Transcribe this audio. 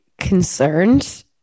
concerned